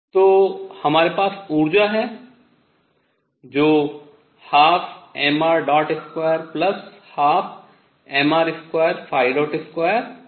तो हमारे पास ऊर्जा है जो 12mr212mr22V है